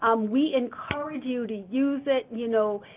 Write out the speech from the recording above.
um we encourage you to use it, you know,